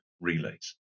relays